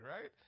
right